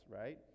right